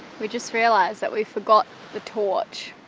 we just realised that we forgot the torch.